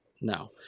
No